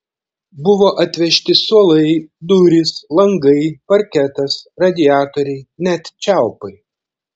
buvo atvežti suolai durys langai parketas radiatoriai net čiaupai